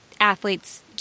athletes